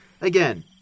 Again